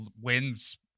wins